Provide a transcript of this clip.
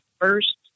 first